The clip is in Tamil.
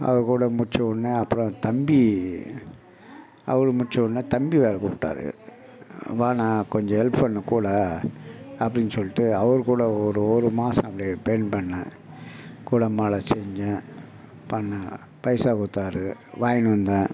அவர்க்கூட முடித்தவொன்னே அப்புறம் தம்பி அவர் முடித்தவொன்ன தம்பி வேறு கூப்பிட்டாரு வாண்ணா கொஞ்சம் ஹெல்ப் பண்ணுக் கூட அப்படின்னு சொல்லிட்டு அவர்க்கூட ஒரு ஒரு மாதம் அப்படியே பெயிண்ட் பண்ணிணேன் கூடமாட செஞ்சேன் பண்ணிணேன் பைசா கொடுத்தாரு வாங்கின்னு வந்தேன்